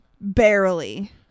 barely